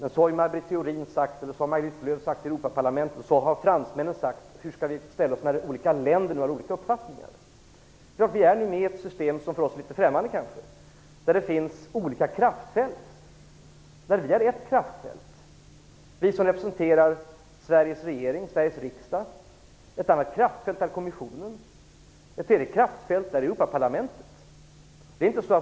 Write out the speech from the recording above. Så har Maj Britt Theorin sagt och så har Maj-Lis Lööw sagt i EU-parlamentet och så har fransmännen sagt - hur skall vi ställa oss när länder har olika uppfattningar? Ja, vi är nu med i ett system som för oss kanske är litet främmande, där det finns olika kraftfält. Sverige är ett kraftfält, vi som representerar Sveriges regering och Sveriges riksdag. Ett annat kraftfält är kommissionen. Ett tredje kraftfält är Europaparlamentet.